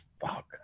fuck